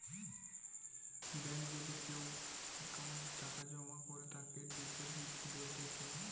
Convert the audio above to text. বেঙ্কে যদি কেও অ্যাকাউন্টে টাকা জমা করে তাকে ডিপোজিট বলতিছে